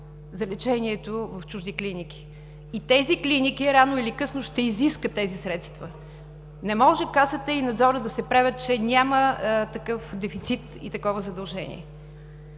за лечението в чужди клиники и тези клиники рано или късно ще изискат тези средства? Не може Касата и Надзорът да се правят, че няма такъв дефицит и такова задължение!